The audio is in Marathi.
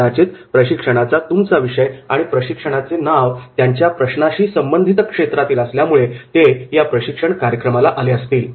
कदाचित प्रशिक्षणाचा तुमचा विषय व प्रशिक्षणाचे नाव त्यांच्या प्रश्नाशी संबंधित क्षेत्रातील असल्यामुळे ते या प्रशिक्षण कार्यक्रमाला आले असतील